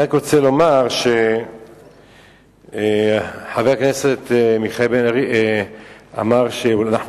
אני רוצה לומר שחבר הכנסת מיכאל בן-ארי אמר שאנחנו